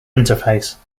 interface